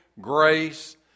grace